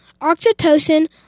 Oxytocin